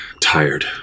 tired